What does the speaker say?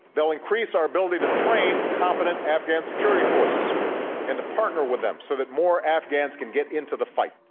they will increase our ability to train competent afghan security forces and to partner with them so that more afghans can get into the fight.